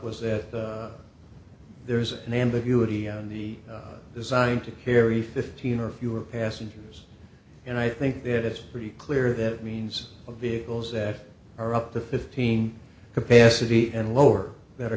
was that there is an ambiguity on the design to carry fifteen or fewer passengers and i think that it's pretty clear that means of vehicles that are up to fifteen capacity and lower that are